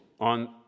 On